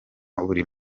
buri